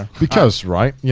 because right, yeah